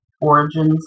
origins